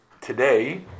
today